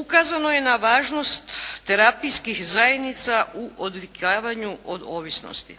ukazano je na važnost terapijskih zajednica u odvikavanju od ovisnosti.